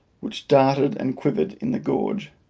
which darted and quivered in the gorge,